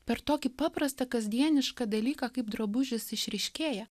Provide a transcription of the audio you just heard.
per tokį paprastą kasdienišką dalyką kaip drabužis išryškėja